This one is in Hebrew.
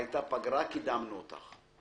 הייתה אז פגרה - קידמנו את ההצעה.